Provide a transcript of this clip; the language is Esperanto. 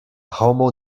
homo